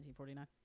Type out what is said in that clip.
1949